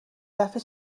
دفعه